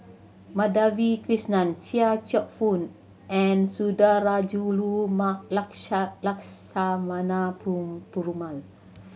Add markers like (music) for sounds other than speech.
Madhavi Krishnan Chia Cheong Fook and Sundarajulu (unintelligible) Lakshmana (unintelligible) Perumal